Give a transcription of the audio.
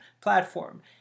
platform